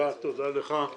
תודה לך.